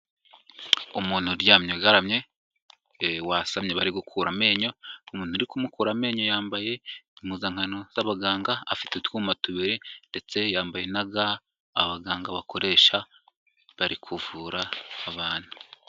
Umuntu uryamye ugaramye, wasamye bari gukura amenyo, umuntu uri kumukura amenyo yambaye impuzankano z'abaganga, afite utwuma tubiri ndetse yambaye na ga abaganga bakoresha bari kuvura abantu.